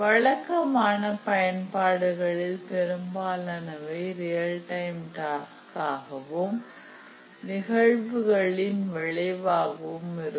வழக்கமான பயன்பாடுகளில் பெரும்பாலானவை ரியல் டைம் டாஸ்க் ஆகவும் நிகழ்வுகளின் விளைவாகவும் இருக்கும்